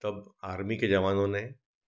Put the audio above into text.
तब आर्मी के ज़वानों ने